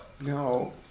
No